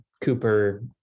Cooper